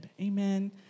Amen